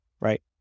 right